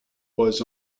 was